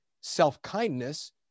self-kindness